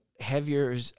Heavier